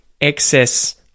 excess